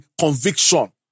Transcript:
conviction